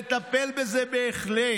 לטפל בזה בהחלט,